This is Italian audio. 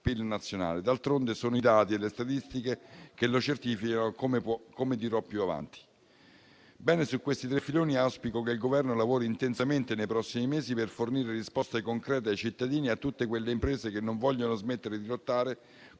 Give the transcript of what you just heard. D'altronde, sono i dati e le statistiche che lo certificano, come dirò più avanti. Su questi tre filoni auspico che il Governo lavori intensamente nei prossimi mesi per fornire risposte concrete ai cittadini e a tutte quelle imprese che non vogliono smettere di lottare